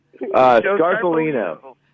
Scarpellino